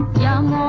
young